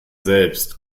selbst